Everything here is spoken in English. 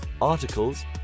articles